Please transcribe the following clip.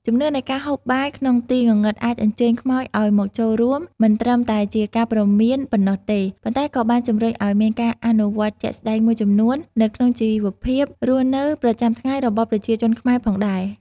ជំនឿនៃការហូបបាយក្នុងទីងងឹតអាចអញ្ជើញខ្មោចឲ្យមកចូលរួម មិនត្រឹមតែជាការព្រមានប៉ុណ្ណោះទេ ប៉ុន្តែក៏បានជំរុញឲ្យមានការអនុវត្តជាក់ស្តែងមួយចំនួននៅក្នុងជីវភាពរស់នៅប្រចាំថ្ងៃរបស់ប្រជាជនខ្មែរផងដែរ ។